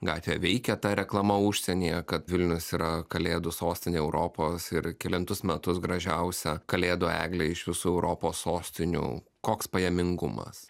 gatvėje veikia ta reklama užsienyje kad vilnius yra kalėdų sostinė europos ir kelintus metus gražiausia kalėdų eglė iš visų europos sostinių koks pajamingumas